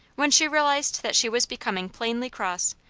when she realized that she was becoming plainly cross,